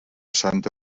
santa